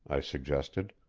i suggested.